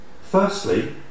Firstly